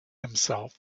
himself